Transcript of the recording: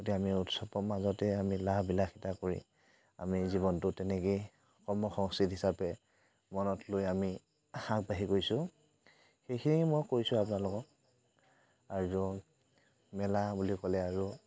গতিকে আমি উৎসৱৰ মাজতে আমি লাহবিলাসীতা কৰি আমি জীৱনটো তেনেকেই কৰ্ম সংস্কৃতি হিচাপে মনত লৈ আমি আগবাঢ়ি গৈছোঁ সেইখিনিয়ে মই কৈছোঁ আপোনালোকক আৰু মেলা বুলি ক'লে আৰু